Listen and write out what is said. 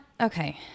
Okay